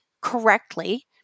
correctly